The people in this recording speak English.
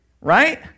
right